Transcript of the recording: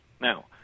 Now